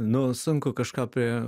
nu sunku kažką pri